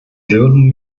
würden